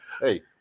Hey